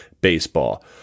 baseball